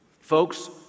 Folks